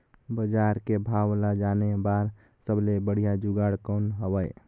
बजार के भाव ला जाने बार सबले बढ़िया जुगाड़ कौन हवय?